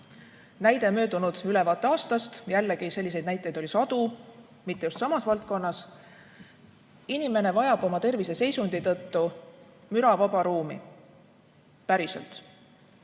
näite möödunud ülevaateaastast, ent jällegi: selliseid näiteid oli sadu, kuigi mitte samast valdkonnast. Inimene vajab oma terviseseisundi tõttu müravaba ruumi. Päriselt.